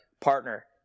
partner